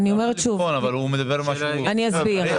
אני אסביר.